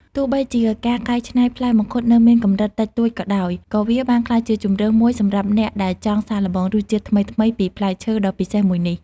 ទោះបីជាការកែច្នៃផ្លែមង្ឃុតនៅមានកម្រិតតិចតួចក៏ដោយ ក៏វាបានក្លាយជាជម្រើសមួយសម្រាប់អ្នកដែលចង់សាកល្បងរសជាតិថ្មីៗពីផ្លែឈើដ៏ពិសេសមួយនេះ។